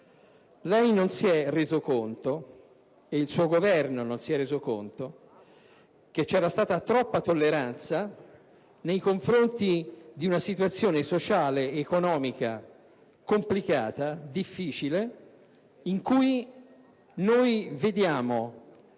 Lei ed il suo Governo non vi siete resi conto che c'era stata troppa tolleranza nei confronti di una situazione sociale ed economica complicata, difficile, in cui noi vediamo